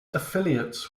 affiliates